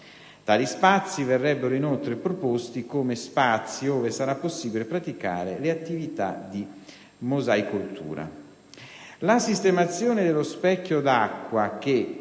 Tali spazi verrebbero inoltre proposti come spazi ove sarà possibile praticare le attività di mosaicoltura.